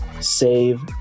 save